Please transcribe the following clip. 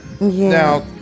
Now